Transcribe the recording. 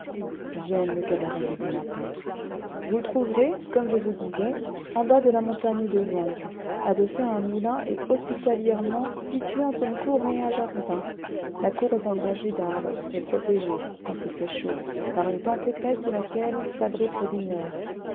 j'aime le cabaret du bon lapin vous le trouverez comme je vous le disais au bas de la montagne de vanves adossé à un moulin et hospitalièrement situé entre une cour et un jardin la cour est ombragée d'arbres et protégée quand il fait chaud par une tente épaisse sous laquelle s'abritent les dîneurs